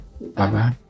Bye